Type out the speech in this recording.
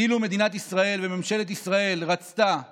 אילו מדינת ישראל, ממשלת ישראל, רצתה לדחות,